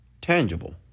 tangible